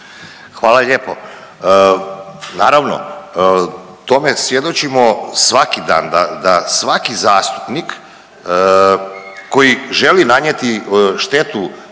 Hvala lijepo. Naravno, tome svjedočimo svaki dan da svaki zastupnik koji želi nanijeti štetu